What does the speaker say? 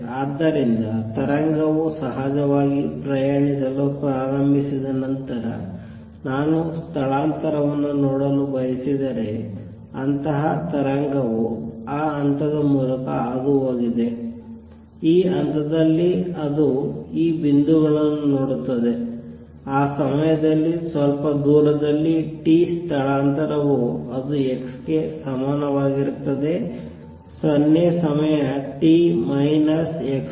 ಆದ್ದರಿಂದ ತರಂಗವು ಸಹಜವಾಗಿ ಪ್ರಯಾಣಿಸಲು ಪ್ರಾರಂಭಿಸಿದ ನಂತರ ನಾನು ಸ್ಥಳಾಂತರವನ್ನು ನೋಡಲು ಬಯಸಿದರೆ ಅಂತಹ ತರಂಗವು ಆ ಹಂತದ ಮೂಲಕ ಹಾದುಹೋಗಿದೆ ಈ ಹಂತದಲ್ಲಿ ಅದು ಈ ಬಿಂದುಗಳನ್ನು ನೋಡುತ್ತದೆ ಆ ಸಮಯದಲ್ಲಿ ಸ್ವಲ್ಪ ದೂರದಲ್ಲಿ t ಸ್ಥಳಾಂತರವು ಅದು x ಗೆ ಸಮಾನವಾಗಿರುತ್ತದೆ 0 ಸಮಯ t - xv